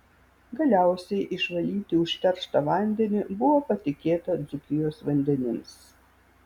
galiausiai išvalyti užterštą vandenį buvo patikėta dzūkijos vandenims